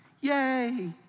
Yay